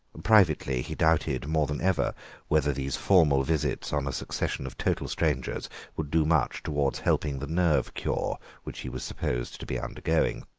privately he doubted more than ever whether these formal visits on a succession of total strangers would do much towards helping the nerve cure which he was supposed to be undergoing.